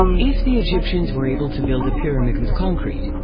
if the egyptians were able to build a pyramid with concrete,